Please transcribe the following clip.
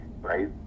right